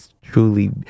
truly